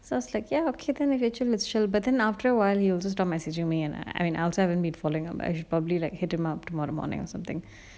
so I was like ya okay then I'll get you later but then after awhile he'll just keep on messaging me and uh I mean I also haven't meet following them I should probably like hit him up tomorrow morning or something